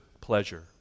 pleasure